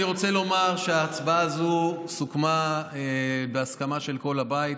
אני רוצה לומר שההצעה הזו סוכמה בהסכמה של כל הבית,